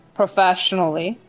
professionally